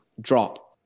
drop